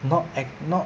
not ac~ not